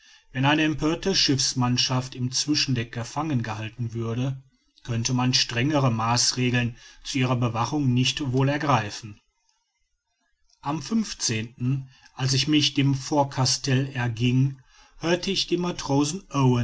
wenn eine empörte schiffsmannschaft im zwischendeck gefangen gehalten würde könnte man strengere maßregeln zu ihrer bewachung nicht wohl ergreifen am als ich mich auf dem vordercastell erging hörte ich den matrosen